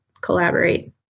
collaborate